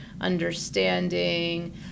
understanding